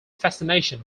fascination